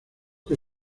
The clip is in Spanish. que